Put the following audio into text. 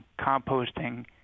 composting